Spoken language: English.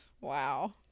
wow